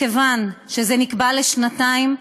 מכיוון שזה נקבע לשנתיים,